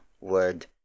word